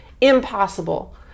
impossible